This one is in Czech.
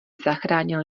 zachránil